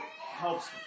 helps